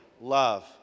love